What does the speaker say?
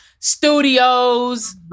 studios